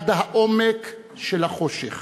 עד העומק של החושך,